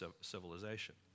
civilization